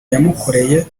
yamukoreye